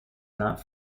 not